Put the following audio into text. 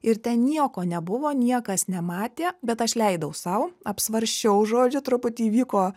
ir ten nieko nebuvo niekas nematė bet aš leidau sau apsvarsčiau žodžiu truputį įvyko